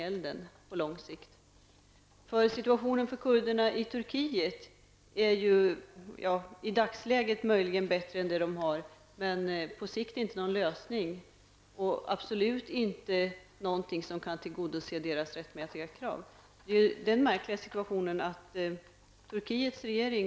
Både i och utanför republiken finns kubanska MR-grupper och demokratigrupper som hoppas att mer än 30 år av kommunistisk diktatur skall övergå i en folkvald, demokratisk ledning.